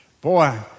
Boy